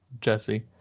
Jesse